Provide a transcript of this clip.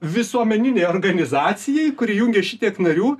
visuomeninei organizacijai kuri jungia šitiek narių